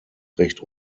recht